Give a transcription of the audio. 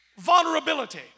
vulnerability